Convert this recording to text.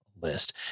list